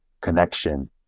connection